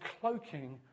cloaking